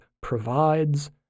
provides